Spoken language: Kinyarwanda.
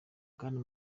bwana